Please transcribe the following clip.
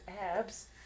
abs